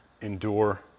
endure